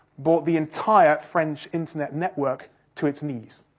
brought the entire french internet network to its knees.